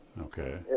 Okay